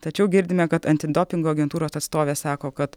tačiau girdime kad antidopingo agentūros atstovė sako kad